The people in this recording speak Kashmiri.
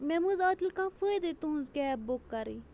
مےٚ مہٕ حظ آو تیٚلہِ کانٛہہ فٲیدَے تُہٕنٛز کیب بُک کَرٕنۍ